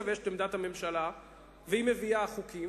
ויש עמדת הממשלה והיא מביאה חוקים,